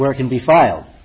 where it can be file